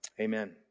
Amen